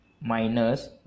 minus